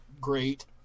great